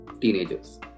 teenagers